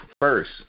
first